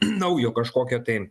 naujo kažkokio tai